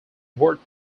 worth